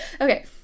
Okay